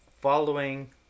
following